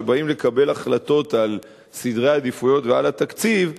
כשבאים לקבל החלטות על סדרי עדיפויות ועל התקציב,